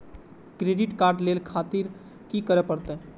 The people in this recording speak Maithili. क्रेडिट कार्ड ले खातिर की करें परतें?